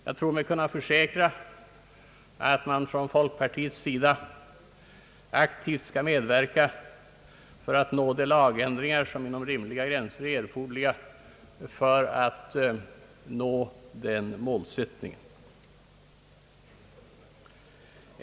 Jag tror mig kunna försäkra att folkpartiet aktivt skall medverka till att nå de lagändringar som inom rimliga gränser är erforderliga för att nå denna målsättning.